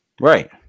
Right